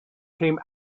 came